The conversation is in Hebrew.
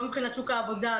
לא מבחינת שוק העבודה,